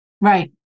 Right